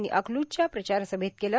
यांनी अकल्जच्या प्रचारसभेत केला